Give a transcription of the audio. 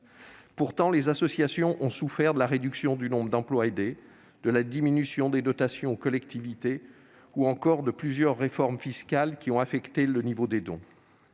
Pourtant, les associations ont souffert de la réduction du nombre d'emplois aidés, de la diminution des dotations aux collectivités ou encore de plusieurs réformes fiscales, qui ont affecté le niveau des dons.